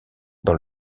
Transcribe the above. dans